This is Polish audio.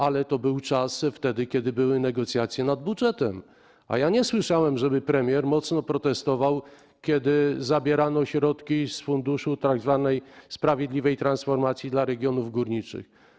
Ale na to był czas wtedy, kiedy były negocjacje nad budżetem, a ja nie słyszałem, żeby premier mocno protestował, kiedy zabierano środki z funduszu tzw. sprawiedliwej transformacji dla regionów górniczych.